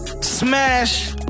Smash